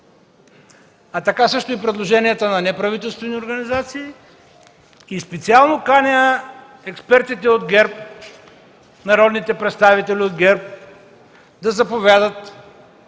така също и предложенията на неправителствени организации. Специално каня експертите от ГЕРБ, народните представители от ГЕРБ да заповядат